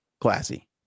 classy